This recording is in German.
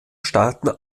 starten